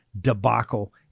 debacle